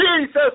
Jesus